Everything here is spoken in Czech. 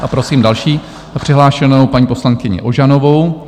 A prosím další přihlášenou, paní poslankyni Ožanovou.